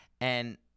and-